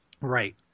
Right